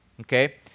Okay